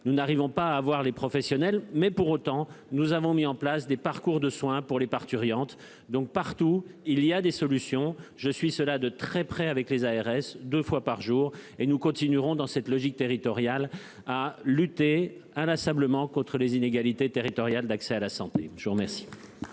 nous n'arrivons pas à avoir les professionnels mais pour autant, nous avons mis en place des parcours de soins pour les parturientes donc partout, il y a des solutions. Je suis cela de très près avec les ARS 2 fois par jour et nous continuerons dans cette logique territoriale à lutter inlassablement contre les inégalités territoriales d'accès à la santé. Je vous remercie.